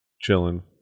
Chilling